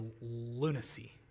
lunacy